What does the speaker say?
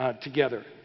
together